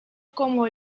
como